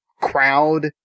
crowd